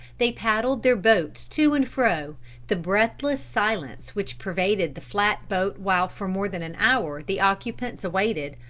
they paddled their boats to and fro the breathless silence which pervaded the flat boat while for more than an hour the occupants awaited,